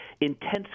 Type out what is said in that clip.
Intense